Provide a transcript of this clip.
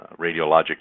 radiologic